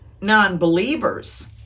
non-believers